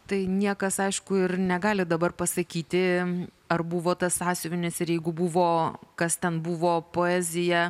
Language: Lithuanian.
tai niekas aišku ir negali dabar pasakyti ar buvo tas sąsiuvinis ir jeigu buvo kas ten buvo poezija